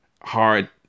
hard